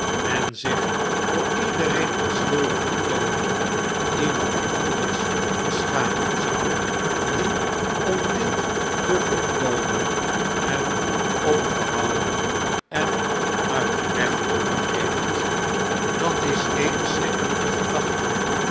en zich voor iedereen onschuldig te toonen iemand anders beschamen zou die om dit te voorkomen hem opgehouden en uit den weg geholpen heeft dat is eene schrikkelijke gedachte